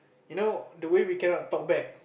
you know the way we cannot talk back